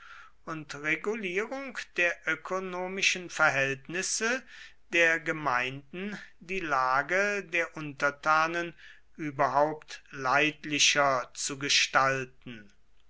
und regulierung der ökonomischen verhältnisse der gemeinden die lage der untertanen überhaupt leidlicher zu gestalten